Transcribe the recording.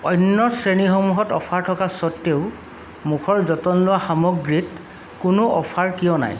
অন্য শ্ৰেণীসমূহত অফাৰ থকা স্বত্বেও মুখৰ যতন লোৱা সামগ্ৰীত কোনো অফাৰ কিয় নাই